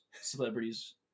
celebrities